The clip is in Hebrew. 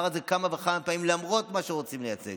אומר זאת כמה וכמה פעמים, למרות מה שרוצים לייצג.